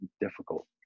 difficult